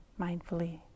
mindfully